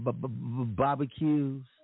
barbecues